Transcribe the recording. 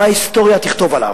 מה ההיסטוריה תכתוב עליו.